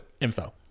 info